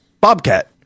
Bobcat